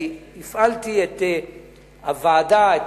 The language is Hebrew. אני הפעלתי את הוועדה,